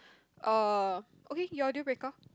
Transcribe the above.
uh okay your deal breaker